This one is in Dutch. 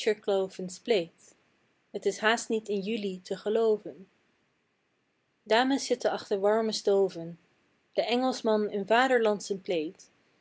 t is haast niet in juli te gelooven dames zitten achter warme stoven de engelschman in vaderlandschen